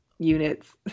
units